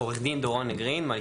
יש